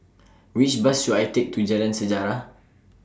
Which Bus should I Take to Jalan Sejarah